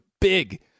big